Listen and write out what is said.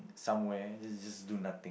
somewhere just just do nothing